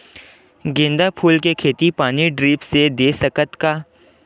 गेंदा फूल के खेती पानी ड्रिप से दे सकथ का?